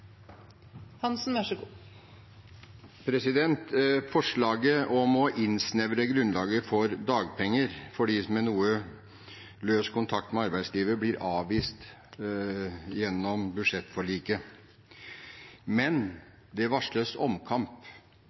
Forslaget om å innsnevre grunnlaget for dagpenger for dem med noe løs kontakt til arbeidslivet, blir avvist gjennom budsjettforliket. Men det varsles omkamp.